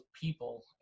people